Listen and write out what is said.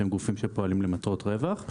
שהם גופים שפועלים למטרות רווח,